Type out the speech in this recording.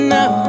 Now